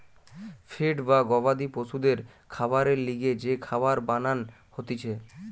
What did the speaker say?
feed বা গবাদি পশুদের খাবারের লিগে যে খাবার বানান হতিছে